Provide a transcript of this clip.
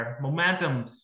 Momentum